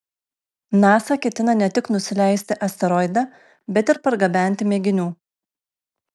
nasa ketina ne tik nusileisti asteroide bet ir pargabenti mėginių